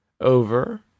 over